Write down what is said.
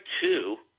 two